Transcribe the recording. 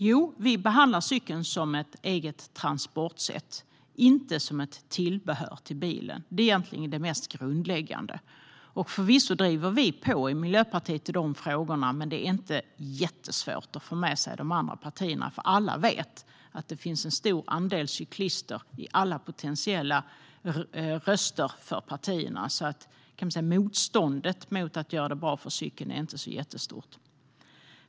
Jo, vi behandlar cykeln som ett eget transportsätt, inte som ett tillbehör till bilen. Det är egentligen det mest grundläggande. Förvisso driver vi i Miljöpartiet på i de frågorna, men det är inte jättesvårt att få med sig de andra partierna. Alla vet att det finns en stor andel cyklister bland alla potentiella röster för partierna. Motståndet mot att göra det bra för cyklister är inte så stort.